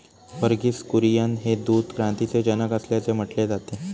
वर्गीस कुरियन हे दूध क्रांतीचे जनक असल्याचे म्हटले जाते